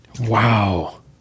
Wow